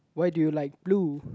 why do you like blue